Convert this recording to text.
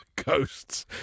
ghosts